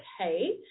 okay